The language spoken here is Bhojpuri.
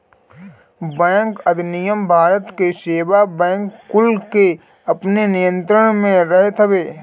बैंक अधिनियम भारत के सब बैंक कुल के अपनी नियंत्रण में रखत हवे